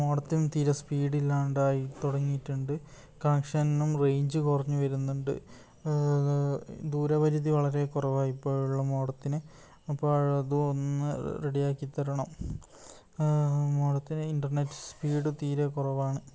മോഡത്തിനും തീരെ സ്പീഡ് ഇല്ലാണ്ടായി തുടങ്ങിയിട്ടുണ്ട് കണക്ഷനും റെയ്ഞ്ച് കുറഞ്ഞു വരുന്നുണ്ട് ദൂരപരിധി വളരെ കുറവായപ്പോഴുള്ള മോഡത്തിന് അപ്പോൾ അതുമൊന്ന് റെഡി ആക്കി തരണം മോഡത്തിന് ഇൻറ്റർനെറ്റ് സ്പീഡ് തീരെ കുറവാണ്